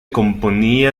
componía